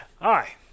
Hi